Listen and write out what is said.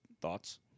Thoughts